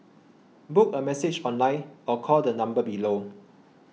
book a massage online or call the number below